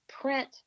print